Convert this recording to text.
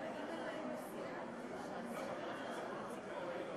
שהיא חיונית בהגעה להסדר.